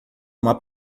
uma